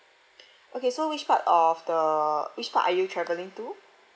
okay so which part of the which part are you travelling to